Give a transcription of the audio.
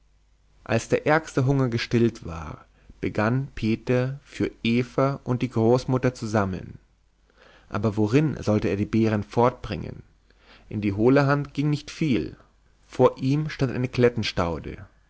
als der ärgste hunger gestillt war begann peter für eva und die großmutter zu sammeln aber worin sollte er die beeren fortbringen in die hohle hand ging nicht viel vor ihm stand eine